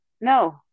No